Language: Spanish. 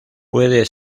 puede